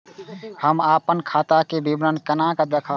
हम अपन खाता के विवरण केना देखब?